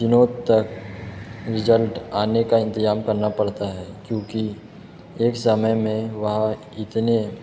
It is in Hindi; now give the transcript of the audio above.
दिनों तक रिजल्ट आने का इंतजाम करना पड़ता है क्योंकि एक समय में वहाँ इतने